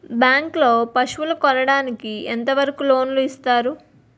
Bank లో పశువుల కొనడానికి ఎంత వరకు లోన్ లు ఇస్తారు?